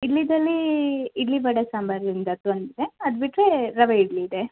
ಇಲ್ಲಿದಲ್ಲಿ ಇಡ್ಲಿ ವಡ ಸಾಂಬಾರಿಂದು ಅದು ಒಂದಿದೆ ಅದ್ಬಿಟ್ರೆ ರವೆ ಇಡ್ಲಿ ಇದೆ